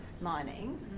mining